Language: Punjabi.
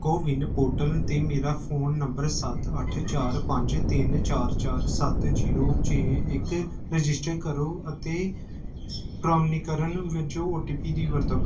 ਕੋਵਿਨ ਪੋਰਟਲ 'ਤੇ ਮੇਰਾ ਫ਼ੋਨ ਨੰਬਰ ਸੱਤ ਅੱਠ ਚਾਰ ਪੰਜ ਤਿੰਨ ਚਾਰ ਚਾਰ ਸੱਤ ਜੀਰੋ ਛੇ ਇੱਕ ਰਜਿਸਟਰ ਕਰੋ ਅਤੇ ਪ੍ਰਮਾਣੀਕਰਨ ਵਜੋਂ ਓ ਟੀ ਪੀ ਦੀ ਵਰਤੋਂ